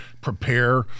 prepare